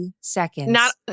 seconds